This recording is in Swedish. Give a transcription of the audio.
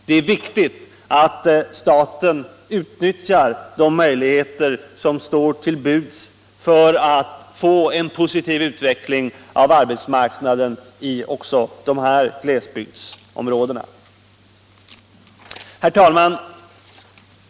Det är väsentligt att staten utnyttjar de möjligheter som står till buds för att få en positiv utveckling av arbetsmarknaden också i de här glesbygdsområdena. Herr talman!